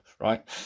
right